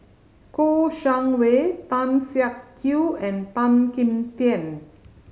Kouo Shang Wei Tan Siak Kew and Tan Kim Tian